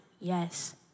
yes